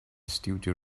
studio